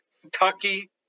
Kentucky